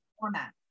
format